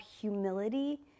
humility